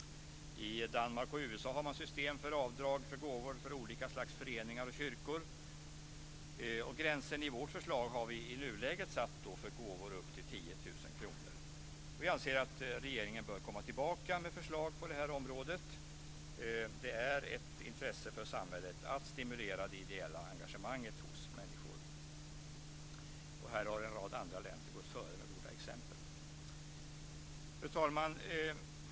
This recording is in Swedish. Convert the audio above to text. I Danmark och USA har man system för avdrag för gåvor till olika slags föreningar och kyrkor. Gränsen i vårt förslag har vi i nuläget satt på gåvor upp till 10 000 kr. Vi anser att regeringen bör komma tillbaka med förslag på det här området. Det är ett intresse för samhället att stimulera det ideella engagemanget hos människor. Här har alltså en rad länder andra länder gått före med goda exempel. Fru talman!